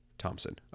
Thompson